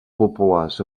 populars